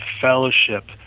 fellowship